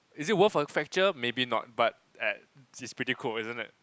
is it worth a fracture maybe not but at it's pretty cool isn't it